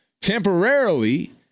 temporarily